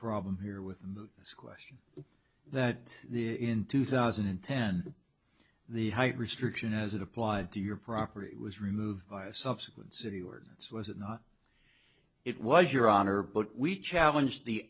problem here with a square that in two thousand and ten the height restriction as it applied to your property was removed by a subsequent city ordinance was it not it was your honor but we challenge the